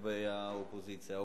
לומר כמה נקודות לגבי האופוזיציה.